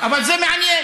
אבל זה מעניין.